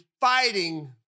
fighting